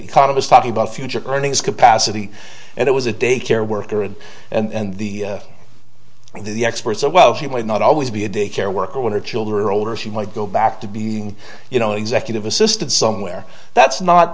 economist talking about future earnings capacity and it was a daycare worker and and the the experts say well she might not always be a daycare worker want to children or older she might go back to being you know an executive assistant somewhere that's not